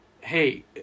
hey